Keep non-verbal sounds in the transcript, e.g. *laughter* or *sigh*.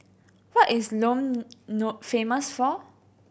what is Lome *unintelligible* famous for